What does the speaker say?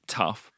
tough